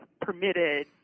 permitted